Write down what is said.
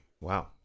Wow